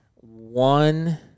One